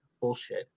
bullshit